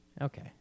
Okay